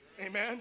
Amen